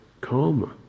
karma